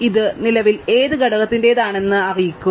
ഇത് നിലവിൽ ഏത് ഘടകത്തിന്റേതാണെന്ന് എന്നെ അറിയിക്കൂ